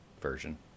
version